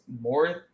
more